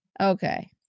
Okay